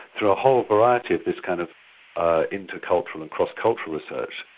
through a whole variety of this kind of ah inter-cultural and cross-cultural research,